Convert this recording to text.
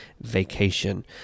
vacation